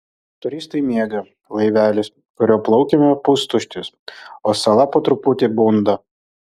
turistai miega laivelis kuriuo plaukėme pustuštis o sala po truputį bunda